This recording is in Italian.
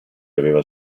aveva